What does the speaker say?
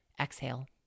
Exhale